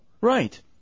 Right